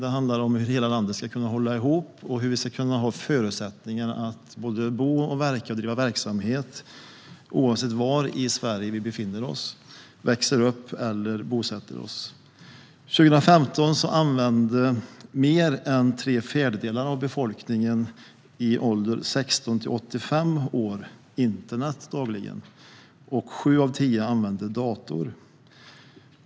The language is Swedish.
Det handlar om hur hela landet ska kunna hålla ihop och hur vi ska få förutsättningar att bo, verka och bedriva verksamhet oavsett var i Sverige vi befinner oss, växer upp eller bosätter oss. År 2015 använde mer än tre fjärdedelar av befolkningen i åldrarna 16-85 internet dagligen, och sju av tio använde dator.